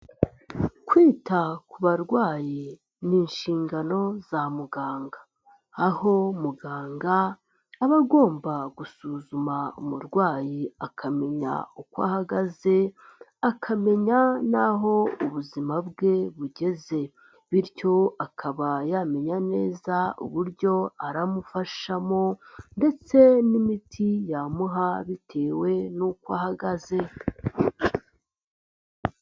Kwita ku barwayi ni inshingano za muganga, aho muganga aba agomba gusuzuma umurwayi, akamenya uko ahagaze, akamenya n'aho ubuzima bwe bugeze bityo akaba yamenya neza uburyo aramufashamo ndetse n'imiti yamuha bitewe nuko ahagaze.